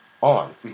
on